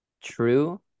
true